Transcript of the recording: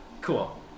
cool